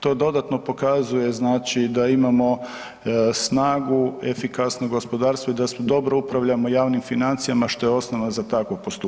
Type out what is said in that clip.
To dodatno pokazuje, znači da imamo snagu, efikasno gospodarstvo i da dobro upravljamo javnim financijama, što je osnova za takvo postupanje.